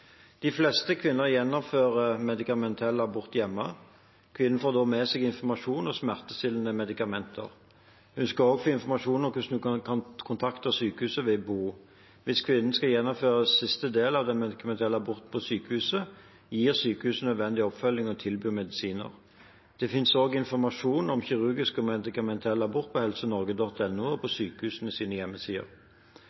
De fleste kvinner gjennomfører medikamentell abort hjemme. Kvinnen får da med seg informasjon og smertestillende medikamenter. Hun skal også få informasjon om hvordan hun kan kontakte sykehuset ved behov. Hvis kvinnen skal gjennomføre siste del av den medikamentelle aborten på sykehuset, gir sykehuset nødvendig oppfølging og tilbyr medisiner. Det finnes også informasjon om kirurgisk og medikamentell abort på helsenorge.no og på